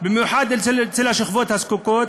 ובמיוחד אצל השכבות הזקוקות,